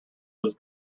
was